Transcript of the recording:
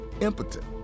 impotent